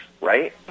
right